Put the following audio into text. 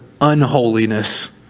unholiness